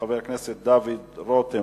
כדין עורך-דין וטוען רבני.